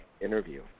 interview